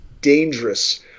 dangerous